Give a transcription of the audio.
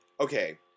okay